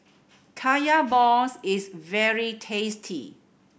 Kaya balls is very tasty